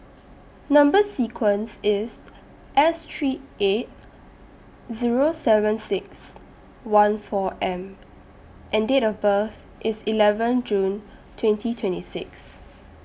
Number sequence IS S three eight Zero seven six one four M and Date of birth IS eleven June twenty twenty six